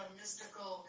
mystical